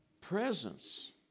presence